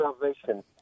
salvation